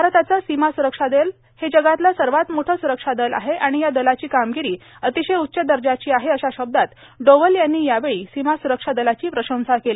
भारताचं सीमा सुरक्षा दल हे जगातलं सवात मोठं सुरक्षा दल आहे आर्गण या दलाची कार्मागरां आंतशय उच्च दजाची आहे अशा शब्दात डोवल यांनी यावेळी सीमा सुरक्षा दलाची प्रशंसा केला